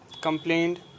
Complained